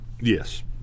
Yes